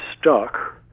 stuck